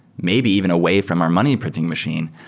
maybe even a way from our money printing machine?